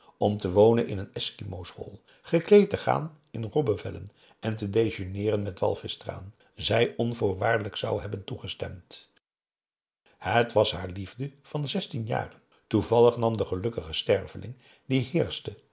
om te wonen in een eskimo's hol gekleed te gaan in robbevellen en te dejeuneeren met walvischtraan zij onvoorwaardelijk zou hebben toegestemd het was haar liefde van zestien jaren toevallig nam de gelukkige sterveling die